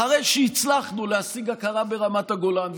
אחרי שהצלחנו להשיג הכרה ברמת הגולן,